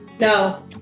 No